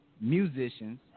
musicians